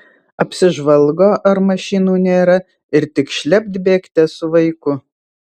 apsižvalgo ar mašinų nėra ir tik šlept bėgte su vaiku